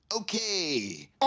okay